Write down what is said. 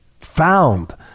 found